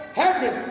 heaven